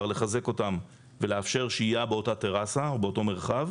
לחזק אותן ולאפשר שהייה באותה טרסה או באותו מרחב,